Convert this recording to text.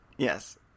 Yes